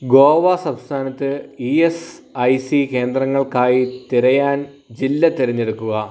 ഗോവ സംസ്ഥാനത്ത് E S I C കേന്ദ്രങ്ങൾക്കായി തിരയാൻ ജില്ല തിരഞ്ഞെടുക്കുക